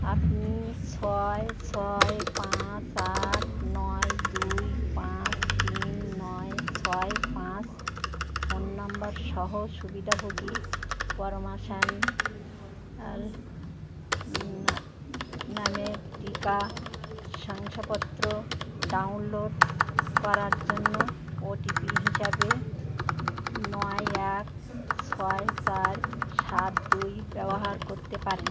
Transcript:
আপনি ছয় ছয় পাঁচ আট নয় দুই পাঁচ তিন নয় ছয় পাঁচ ফোন নম্বর সহ সুবিধাভোগী পরমা সান্যাল না নামের টিকা শংসাপত্র ডাউনলোড করার জন্য ও টি পি হিসাবে নয় এক ছয় চার সাত দুই ব্যবহার করতে পারেন